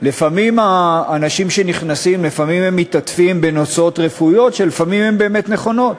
לפעמים האנשים שנכנסים מתעטפים בנוצות רפואיות שלפעמים הן באמת נכונות,